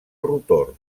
rotor